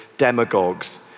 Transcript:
Demagogues